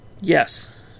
Yes